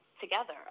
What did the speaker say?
together